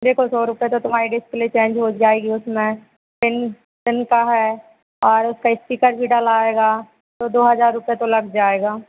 देखो सौ रुपया तो तुम्हारा डिस्प्ले चेन्ज हो जाएगा उसमें पिन पिन का है और उसका स्पीकर भी डलाएगा तो दो हज़ार रुपया तो लग जाएगा